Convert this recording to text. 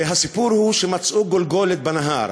הסיפור הוא שמצאו גולגולת בנהר,